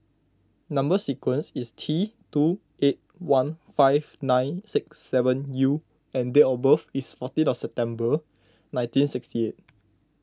Number Sequence is T two eight one five nine six seven U and date of birth is fourteen of September nineteen sixty eight